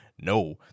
No